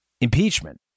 Impeachment